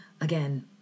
Again